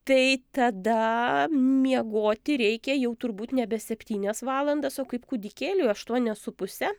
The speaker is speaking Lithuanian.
tai tada miegoti reikia jau turbūt nebe septynias valandas o kaip kūdikėliui aštuonias su puse